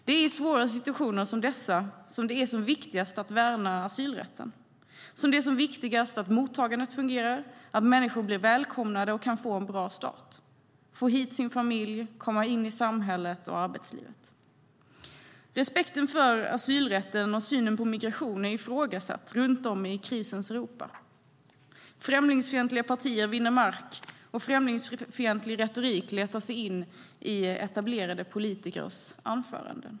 Det är i svåra situationer som dessa som det är viktigast att värna asylrätten, som det är viktigast att mottagandet fungerar, att människor blir välkomnade och kan få en bra start, få hit sin familj, komma in i samhället och arbetslivet. Respekten för asylrätten och synen på migration är ifrågasatta runt om i krisens Europa. Främlingsfientliga partier vinner mark, och främlingsfientlig retorik letar sig in i etablerade politikers anföranden.